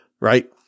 right